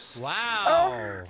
Wow